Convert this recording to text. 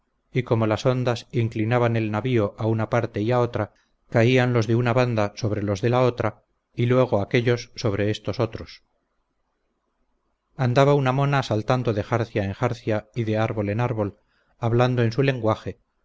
y como las ondas inclinaban el navío a una parte y a otra caían los de una banda sobre los de la otra y luego aquellos sobre estos otros andaba una mona saltando de jarcia en jarcia y de árbol en árbol hablando en su lenguaje